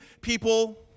people